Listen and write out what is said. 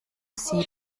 sie